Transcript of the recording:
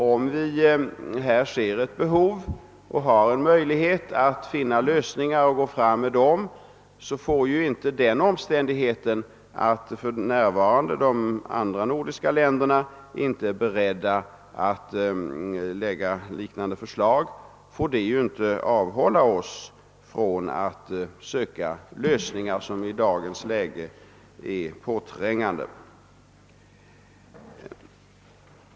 Om vi här ser ett behov av en lagstiftning och har en möjlighet att framlägga förslag till lösningar får ju inte den omständigheten, att de andra nordiska länderna för närvarande inte är beredda att framlägga liknande förslag, avhålla oss från att söka lösningar på problem som i dagens läge är påträngande.